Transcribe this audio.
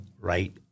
right